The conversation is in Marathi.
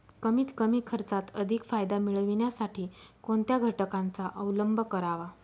कमीत कमी खर्चात अधिक फायदा मिळविण्यासाठी कोणत्या घटकांचा अवलंब करावा?